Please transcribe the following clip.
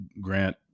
grant